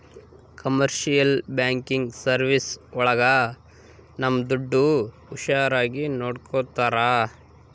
commercial banking service ಒಳಗ ನಮ್ ದುಡ್ಡು ಹುಷಾರಾಗಿ ನೋಡ್ಕೋತರ